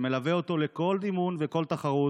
שמלווה אותו לכל אימון וכל תחרות,